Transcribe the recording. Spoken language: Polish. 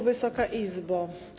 Wysoka Izbo!